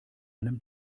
einem